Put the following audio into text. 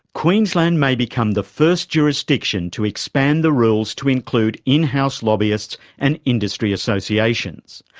queensland may become the first jurisdiction to expand the rules to include in-house lobbyists and industry associations.